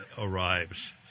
arrives